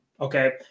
okay